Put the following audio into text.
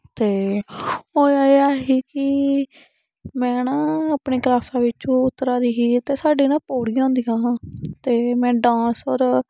ते होया एह् ऐ ही की में ना अपने क्लासा बिच्चूं उतरा दी ही उद्दर साढ़े ना पौढ़ियां होंदियां हा ते में डांसर